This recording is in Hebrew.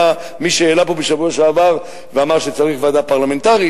היה מי שהעלה פה בשבוע שעבר ואמר שצריך ועדה פרלמנטרית